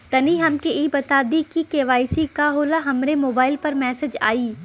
तनि हमके इ बता दीं की के.वाइ.सी का होला हमरे मोबाइल पर मैसेज आई?